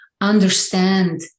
understand